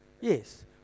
Yes